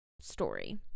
story